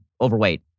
overweight